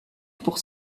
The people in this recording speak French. pour